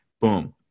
boom